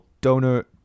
Donor